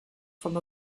from